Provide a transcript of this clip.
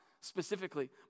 specifically